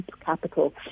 capital